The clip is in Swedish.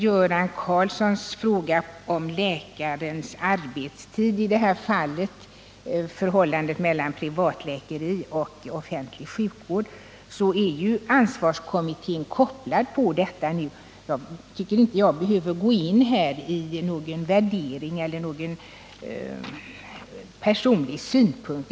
Göran Karlsson ställde en fråga om läkarens arbetstid i det här fallet, i vad gäller — förhållandet mellan = privatläkeri och = offentlig sjukvård. Ansvarsnämnden är inkopplad på den frågan. Jag tycker därför att jag inte nu bör göra någon värdering eller ange någon personlig synpunkt.